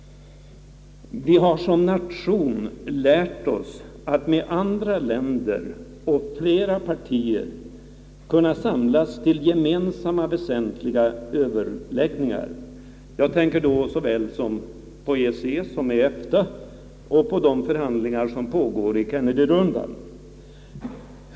Vi har som nation lärt oss att med andra länder och flera partier kunna samlas till överläggningar i väsentliga frågor — jag tänker såväl på EEC och EFTA som på förhandlingarna i Kennedy-rundan.